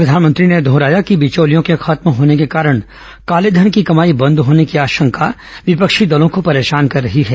प्रधानमंत्री ने दोहराया कि बिचौलियों के खत्म होने के कारण काले धन की कमाई बंद होने की आशंका विपक्षी दलों को परेशान कर रही है